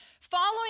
Following